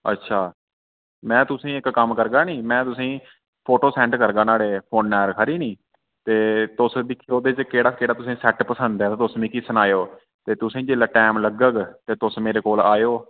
अच्छा में तुसें इक कम्म करगा नी मैं तुसें फोटो सेंड करगा नुहाड़े फोनै'र खरी नी ते तुस एहदे चा केह्ड़ा केह्ड़ा तुसेंगी सेट पसंद ऐ ते तुस मिकी सनाएओ ते तुसें जिसलै टैम लग्गग ते तुस मेरे कोल आएओ